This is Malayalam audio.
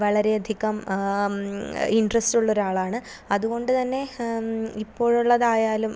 വളരെയധികം ഇൻട്രസ്റ്റുള്ളൊരാളാണ് അതുകൊണ്ടുതന്നെ ഇപ്പോഴുള്ളതായാലും